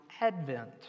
Advent